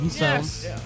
Yes